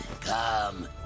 come